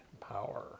power